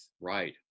Right